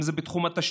אם זה בתחום התשתיות,